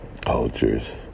cultures